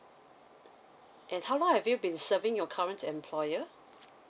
and how long have you been serving your current employer